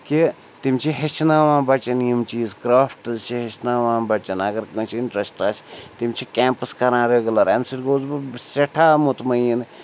کہِ تِم چھِ ہیٚچھناوان بَچَن یِم چیٖز کَرٛافٹٕز چھِ ہیٚچھناوان بَچَن اگر کٲنٛسہِ اِنٹرٛسٹ آسہِ تِم چھِ کٮ۪مپٕس کَران رٮ۪گوٗلَر اَمہِ سۭتۍ گوس بہٕ سٮ۪ٹھاہ مُطمعین